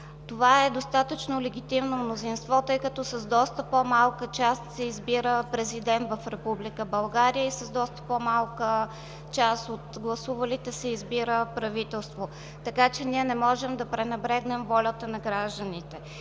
Това е достатъчно легитимно мнозинство, тъй като с доста по-малка част се избира президент в Република България, и с доста по-малка част от гласувалите се избира правителство, така че ние не можем да пренебрегнем волята на гражданите.